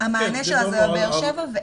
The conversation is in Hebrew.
המענה שלה זה בבאר שבע.